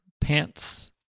pants